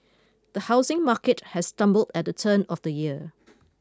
the housing market has stumbled at the turn of the year